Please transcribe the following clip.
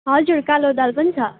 हजुर कालो दाल पनि छ